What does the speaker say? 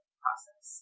process